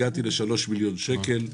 הגעתו ל-3 מיליון שקל.